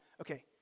Okay